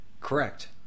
Correct